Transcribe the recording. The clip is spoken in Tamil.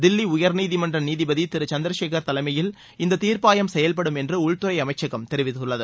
தில்லி உயர்நீதிமன்ற நீதிபதி திரு சந்தர்சேகர் தலைமையில் இந்த தீர்ப்பாயம் செயல்படும் என்று உள்துறை அமைச்சகம் தெரிவித்துள்ளது